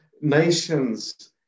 nations